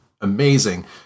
amazing